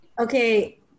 Okay